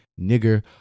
nigger